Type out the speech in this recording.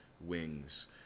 wings